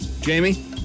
Jamie